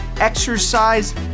exercise